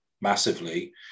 massively